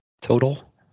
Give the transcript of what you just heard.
Total